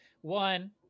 one